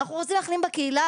אנחנו רוצים להחלים בקהילה,